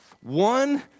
one